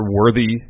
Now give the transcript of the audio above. worthy